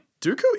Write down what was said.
Dooku